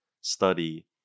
study